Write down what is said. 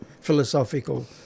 philosophical